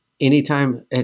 anytime